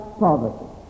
poverty